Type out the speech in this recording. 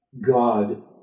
God